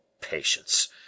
patience